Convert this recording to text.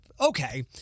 Okay